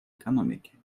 экономике